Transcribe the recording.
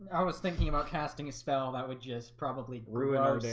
i was thinking about casting a spell that would just probably ruin our day.